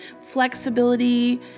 flexibility